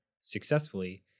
successfully